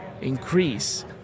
increase